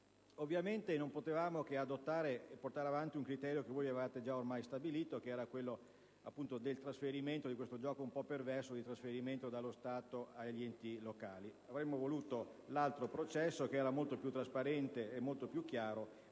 Ovviamente non potevamo che adottare e portare avanti il criterio che avevate ormai stabilito, con questo gioco un po' perverso del trasferimento dallo Stato agli enti locali; avremmo voluto l'altro processo, che era molto più trasparente e chiaro,